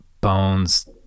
bones